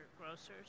grocers